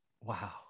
Wow